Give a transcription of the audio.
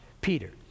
Peter